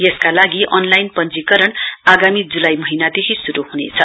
यसका लागि अनलाइन पञ्चीकरण आगामी जुलाई महीनादेखि शुरू हुनेछ